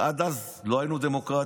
עד אז לא היינו דמוקרטיים,